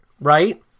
Right